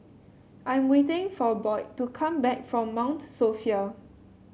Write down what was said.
I am waiting for Boyd to come back from Mount Sophia